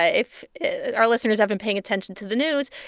ah if our listeners have been paying attention to the news,